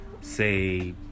say